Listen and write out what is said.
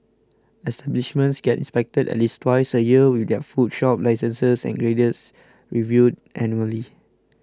establishments get inspected at least twice a year with their food shop licences and grades reviewed annually